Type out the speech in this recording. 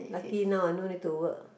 lucky now I no need to work